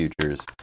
futures